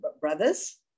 brothers